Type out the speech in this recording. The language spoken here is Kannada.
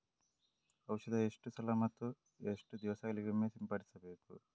ಔಷಧ ಎಷ್ಟು ಸಲ ಮತ್ತು ಎಷ್ಟು ದಿವಸಗಳಿಗೊಮ್ಮೆ ಸಿಂಪಡಿಸಬೇಕು?